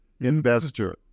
investor